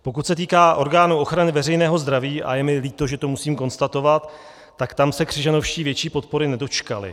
Pokud se týká orgánu ochrany veřejného zdraví, a je mi líto, že to musím konstatovat, tak tam se Křižanovští větší podpory nedočkali.